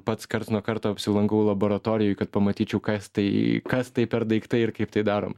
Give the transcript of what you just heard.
pats karts nuo karto apsilankau laboratorijoj kad pamatyčiau kas tai kas tai per daiktai ir kaip tai darom